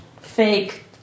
Fake